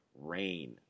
Rain